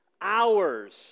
hours